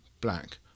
black